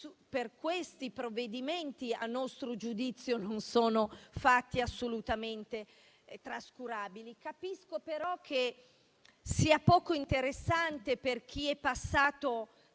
questi provvedimenti, a nostro giudizio, non sono fatti assolutamente trascurabili. Capisco che sia poco interessante per chi è passato